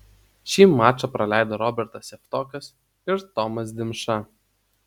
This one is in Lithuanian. šį mačą praleido robertas javtokas ir tomas dimša